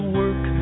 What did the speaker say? work